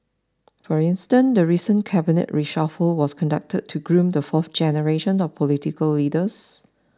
for instance the recent cabinet reshuffle was conducted to groom the fourth generation of political leaders